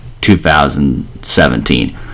2017